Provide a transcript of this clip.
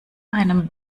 einem